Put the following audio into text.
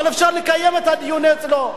אבל אפשר לקיים את הדיון אצלו,